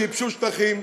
שייבשו שטחים,